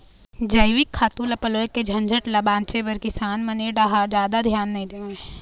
जइविक खातू ल पलोए के झंझट ल बाचे बर किसान मन ए डाहर जादा धियान नइ देवय